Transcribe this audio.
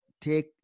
take